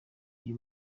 uyu